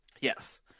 Yes